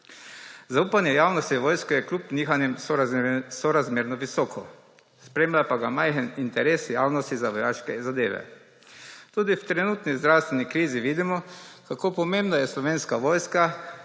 Zaupanje javnosti v vojsko je kljub nihanjem sorazmerno visoko, spremlja pa ga majhen interes javnosti za vojaške zadeve. Tudi v trenutni zdravstveni krizi vidimo, kako pomembna je Slovenska vojska,